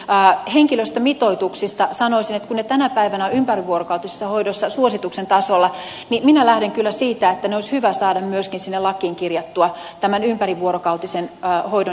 henkilöstömitoituksista sanoisin että kun ne tänä päivänä ovat ympärivuorokautisessa hoidossa suosituksen tasolla niin minä lähden kyllä siitä että ne olisi hyvä saada myöskin sinne lakiin kirjattua nämä ympärivuorokautisen hoidon henkilöstömitoitukset